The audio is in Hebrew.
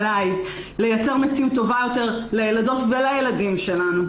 עליי לייצר מציאות טובה יותר לילדות ולילדים שלנו,